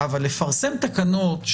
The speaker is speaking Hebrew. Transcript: אבל לפרסם תקנות,